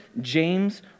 James